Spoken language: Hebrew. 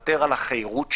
לוותר על החירות שלו,